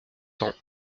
temps